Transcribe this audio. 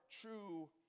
true